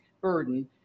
burden